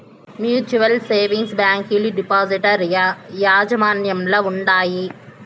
mutual savings బ్యాంకీలు depositor యాజమాన్యంల ఉండాయి